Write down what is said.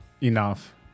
enough